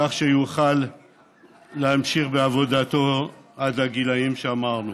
כך שיוכל להמשיך בעבודתו עד הגילים שאמרנו.